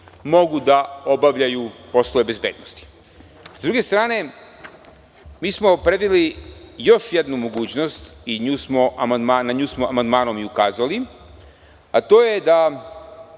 mogu da obavljaju poslove bezbednosti.S druge strane, mi smo predvideli još jednu mogućnost i na nju smo amandmanom i ukazali, a to je da